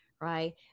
right